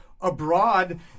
abroad